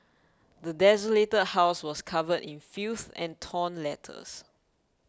the desolated house was covered in filth and torn letters